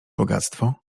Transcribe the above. bogactwo